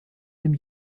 dem